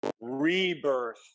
rebirth